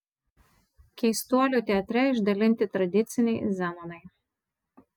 keistuolių teatre išdalinti tradiciniai zenonai